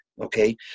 okay